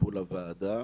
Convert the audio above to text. טיפול הוועדה.